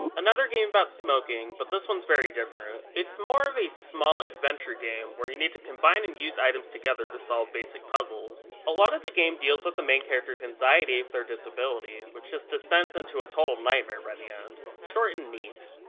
um another game about smoking, but this one's very different. it's more of a small adventure game, where you need to combine and use items together to solve basic puzzles. a lot of the game deals with the main character's anxiety with their disability, which just descends into a total nightmare by the end. short and neat.